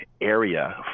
area